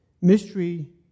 mystery